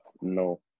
No